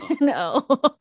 No